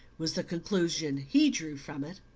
was the conclusion he drew from it.